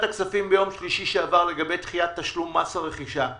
הכספים ביום שלישי שעבר לגבי דחיית תשלום מס הרכישה.